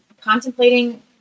contemplating